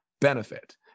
benefit